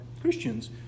Christians